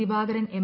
Divakaran M